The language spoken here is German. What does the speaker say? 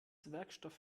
werkstoff